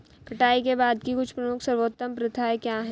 कटाई के बाद की कुछ प्रमुख सर्वोत्तम प्रथाएं क्या हैं?